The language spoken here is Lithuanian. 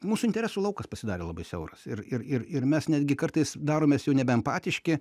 mūsų interesų laukas pasidarė labai siauras ir ir ir ir mes netgi kartais daromės jau nebe empatiški